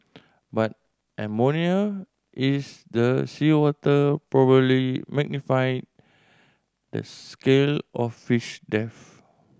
but ammonia is the seawater probably magnified the scale of fish death